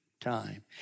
time